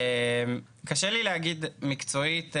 קשה לי להגיד מבחינה מקצועית,